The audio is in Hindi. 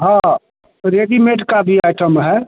हाँ रेडीमेट का भी आइटम है